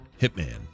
Hitman